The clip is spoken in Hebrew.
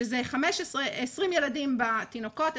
שזה 20 ילדים בתינוקות,